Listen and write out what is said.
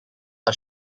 are